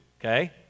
Okay